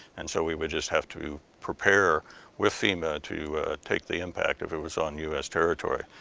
and so we would just have to prepare with fema to take the impact, if it was on us territory.